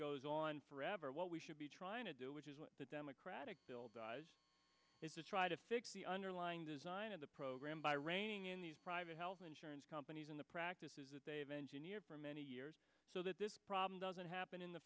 goes on forever what we should be trying to do which is what the democratic bill does is try to fix the underlying design of the program by reining in these private health insurance companies in the practices that they have engineered for many years so that this problem doesn't happen in the